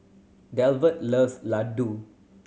Delbert loves Ladoo